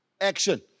Action